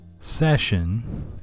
session